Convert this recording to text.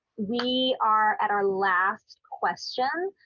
we are at our last question,